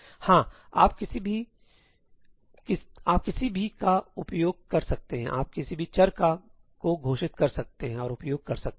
हाँ आप किसी भी का उपयोग कर सकते हैं आप किसी भी चर को घोषित कर सकते हैं और उपयोग कर सकते हैं